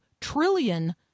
trillion